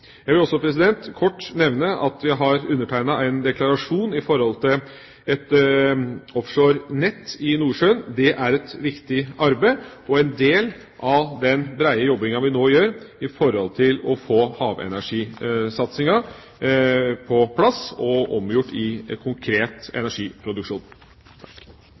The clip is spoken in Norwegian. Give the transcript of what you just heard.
Jeg vil også kort nevne at vi har undertegnet en deklarasjon om et offshorenett i Nordsjøen. Det er et viktig arbeid og en del av den brede jobben vi nå gjør for å få havenergisatsinga på plass og omgjort i konkret energiproduksjon.